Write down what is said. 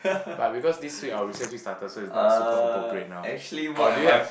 but because this week our research week started so it's not super appropriate now or do you have